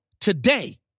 today